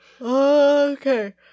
Okay